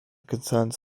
concerns